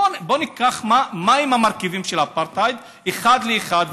בואו ניקח מהם המרכיבים של האפרטהייד אחד לאחד,